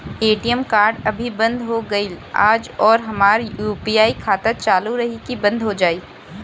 ATM card अभी बंद हो गईल आज और हमार यू.पी.आई खाता चालू रही की बन्द हो जाई?